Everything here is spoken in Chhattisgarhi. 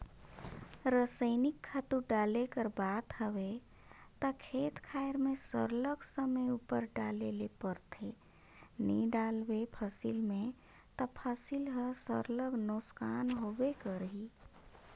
रसइनिक खातू डाले कर बात हवे ता खेत खाएर में सरलग समे उपर डाले ले परथे नी डालबे फसिल में ता फसिल हर सरलग नोसकान होबे करही